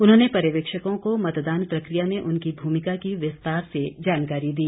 उन्होंने पर्यवेक्षकों को मतदान प्रक्रिया में उनकी भूमिका की विस्तार से जानकारी दी